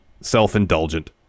self-indulgent